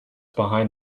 behind